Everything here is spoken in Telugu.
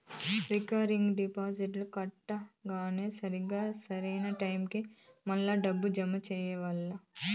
రికరింగ్ డిపాజిట్లు కట్టంగానే సరా, సరైన టైముకి మల్లా దుడ్డు జమ చెయ్యాల్ల